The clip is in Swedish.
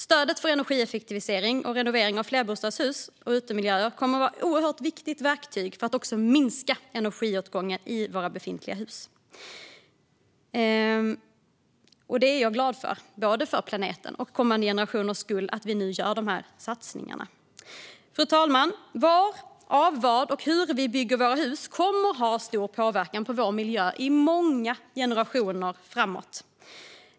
Stödet för energieffektivisering och renovering av flerbostadshus och utemiljöer kommer att vara ett oerhört viktigt verktyg för att minska energiåtgången i våra befintliga hus. För både planetens och kommande generationers skull är jag glad för att vi nu gör de här satsningarna. Fru talman! Var, av vad och hur vi bygger våra hus kommer att ha stor påverkan på vår miljö i många generationer framåt.